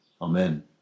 Amen